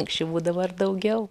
anksčiau būdavo ir daugiau